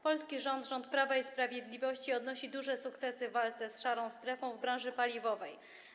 Polski rząd, rząd Prawa i Sprawiedliwości, odnosi duże sukcesy w walce z szarą strefą w branży paliwowej.